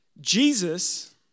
Jesus